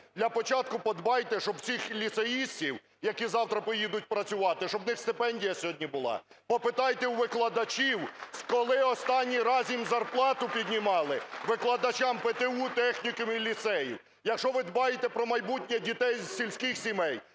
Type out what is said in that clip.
Для початку подбайте, щоб в цих ліцеїстів, які завтра поїдуть працювати, щоб у них стипендія сьогодні була. Попитайте у викладачів, коли останній раз їм зарплату піднімали, викладачам ПТУ, технікумів і ліцеїв. Якщо ви дбаєте про майбутнє дітей з сільських сімей,